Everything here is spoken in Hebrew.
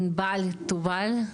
ענבל תובל,